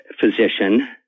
physician